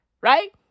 Right